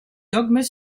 dogmes